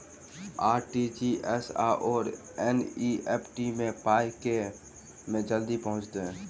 RTGS आओर NEFT मे पाई केँ मे जल्दी पहुँचत?